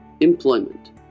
Employment